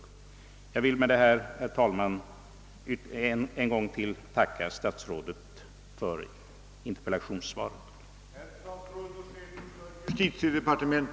Jag ber med detta, herr talman, att än en gång få tacka statsrådet för interpellationssvaret.